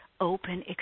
open